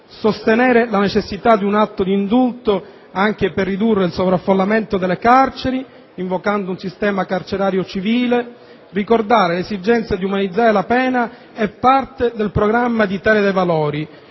Sostenere la necessità di un atto di indulto anche per ridurre il sovraffollamento delle carceri, invocando un sistema carcerario civile, ricordare l'esigenza di umanizzare la pena è parte del programma di Italia dei Valori,